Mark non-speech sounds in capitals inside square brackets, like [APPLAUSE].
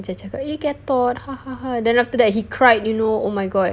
macam cakap !ee! ketot [LAUGHS] then after that he cried you know oh my god